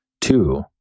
Two